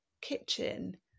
kitchen